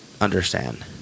understand